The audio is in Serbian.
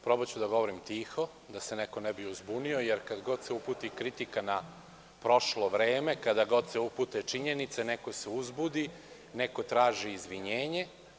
Probraću da govorim tiho, da se neko ne bi uzbunio, jer kad god se uputi kritika na prošlo vreme, kada god se upute činjenice neko se uzbudi, neko traži izvinjenje.